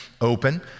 open